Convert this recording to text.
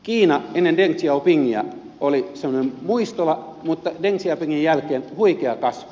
kiina ennen deng xiaopingia oli semmoinen muistola mutta deng xiaopingin jälkeen huikea kasvu